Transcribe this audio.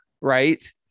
right